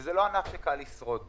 וזה לאר ענף שקל לשרוד בו.